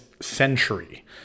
century